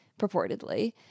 purportedly